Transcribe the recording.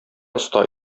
оста